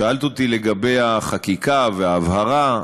שאלת אותי לגבי החקיקה וההבהרה.